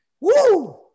Woo